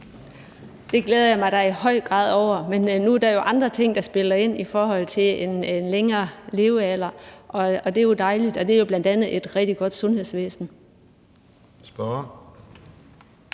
Det glæder jeg mig da i høj grad over, men nu er der jo andre ting, der spiller ind i forhold til en højere levealder, og det er dejligt. Det er jo bl.a. et rigtig godt sundhedsvæsen.